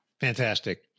Fantastic